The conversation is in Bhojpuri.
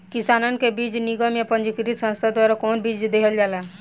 किसानन के बीज निगम या पंजीकृत संस्था द्वारा कवन बीज देहल जाला?